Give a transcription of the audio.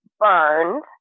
burned